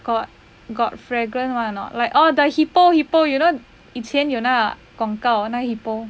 got got fragrant [one] or not like oh the hippo hippo you know 以前有那个广告那个 hippo